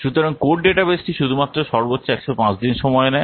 সুতরাং কোড ডাটাবেসটি শুধুমাত্র সর্বোচ্চ 105 দিন সময় নেয়